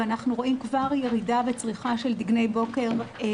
ואנחנו רואים כבר ירידה בצריכה של דגני בוקר עם